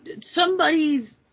somebody's